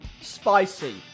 Spicy